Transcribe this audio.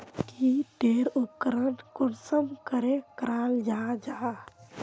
की टेर उपकरण कुंसम करे कराल जाहा जाहा?